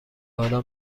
حالا